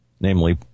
namely